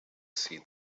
see